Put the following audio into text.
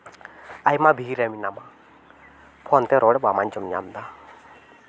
ᱟᱭᱢᱟ ᱵᱷᱤᱲ ᱨᱮ ᱢᱮᱱᱟᱢᱟ ᱯᱷᱳᱱ ᱛᱮ ᱨᱚᱲ ᱵᱟᱢ ᱟᱸᱡᱚᱢ ᱧᱟᱢ ᱫᱟ